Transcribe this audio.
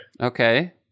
Okay